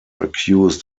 accused